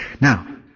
Now